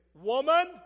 woman